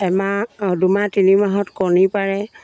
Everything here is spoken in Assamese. এমাহ দুমাহ তিনি মাহত কণী পাৰে